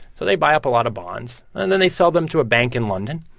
so they buy up a lot of bonds, and then they sell them to a bank in london.